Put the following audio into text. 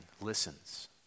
listens